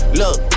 look